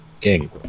King